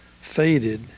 faded